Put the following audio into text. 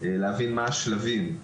להבין מה השלבים.